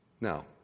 Now